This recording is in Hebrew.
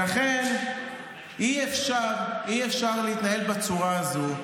אי-אפשר להתנהל בצורה הזו.